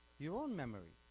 your own memory,